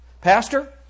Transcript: Pastor